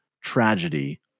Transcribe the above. tragedy